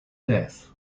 death